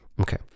Okay